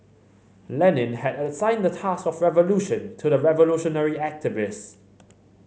Lenin had assigned the task of revolution to the revolutionary activist